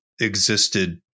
existed